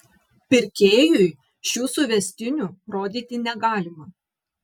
pirkėjui šių suvestinių rodyti negalima